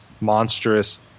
monstrous